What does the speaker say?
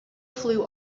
flew